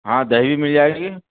ہاں دہی بھی مل جائے گی